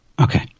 Okay